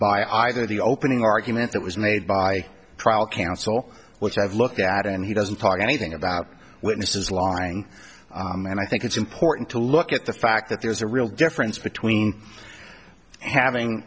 either the opening argument that was made by tribal council which i've looked at and he doesn't talk anything about witnesses lying and i think it's important to look at the fact that there's a real difference between having